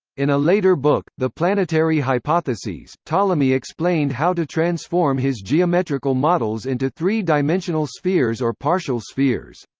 in a later book, the planetary hypotheses, ptolemy explained how to transform his geometrical models into three-dimensional spheres or partial spheres.